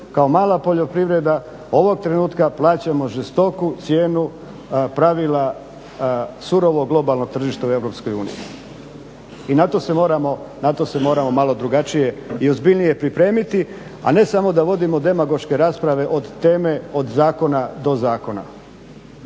kao mala poljoprivreda ovog trenutka plaćamo žestoku cijenu pravila surovog globalnog tržišta u EU i na to se moramo malo drugačije i ozbiljnije pripremiti, a ne samo da vodimo demagoške rasprave od teme od zakona do zakona.